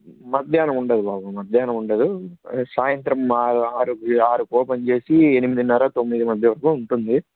మధ్యాహ్నం ఉండదు బాబు మధ్యాహ్నం ఉండదు సాయంత్రం ఆరు ఆరుకు ఓపెన్ చేసి ఎనిమిదిన్నర తొమ్మిది మధ్య వరకు ఉంటుంది